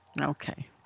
Okay